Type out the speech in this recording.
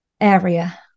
area